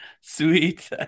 sweet